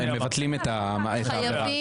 " אגב,